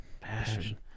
passion